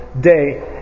day